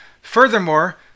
Furthermore